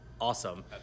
awesome